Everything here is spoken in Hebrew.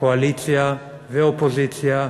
קואליציה ואופוזיציה,